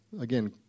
again